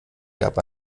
gab